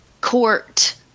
Court